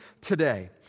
today